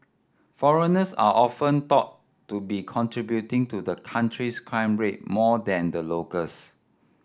foreigners are often thought to be contributing to the country's crime rate more than the locals